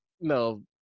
No